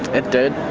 it did.